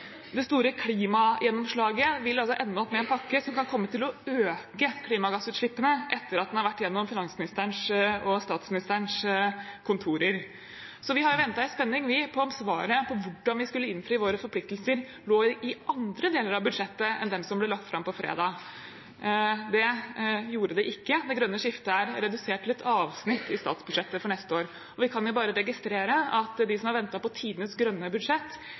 Det store klimagjennomslaget vil ende opp med en pakke som kan komme til å øke klimagassutslippene etter at den har vært gjennom finansministerens og statsministerens kontorer. Så vi har ventet i spenning på om svaret på hvordan vi skulle innfri våre forpliktelser, lå i andre deler av budsjettet enn det som ble lagt fram på fredag. Det gjorde det ikke. Det grønne skiftet er redusert til et avsnitt i statsbudsjettet for neste år, og vi kan jo bare registrere at de som har ventet på tidenes grønne budsjett,